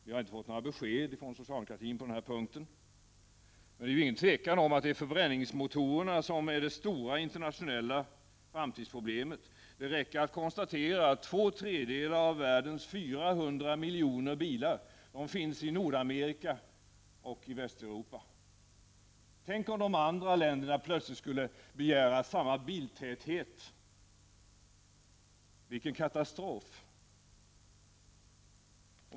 Vi har inte fått några besked från socialdemokratin på den punkten, men det är ingen tvekan om att förbränningsmotorerna är det stora internationella framtidsproblemet. Det räcker att konstatera att två tredjedelar av världens 400 miljoner bilar finns i Nordamerika och i Västeuropa. Tänk, om de andra länderna plötsligt skulle begära samma biltäthet — vilken katastrof!